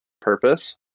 purpose